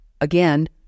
again